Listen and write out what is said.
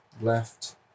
left